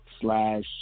Slash